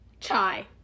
Chai